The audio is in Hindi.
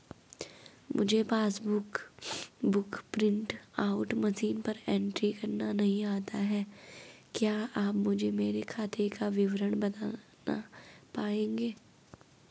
मुझे passbook book print out machine पर एंट्री करना नहीं आता है क्या आप मुझे मेरे खाते का विवरण बताना पाएंगे?